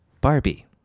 Barbie